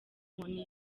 inkoni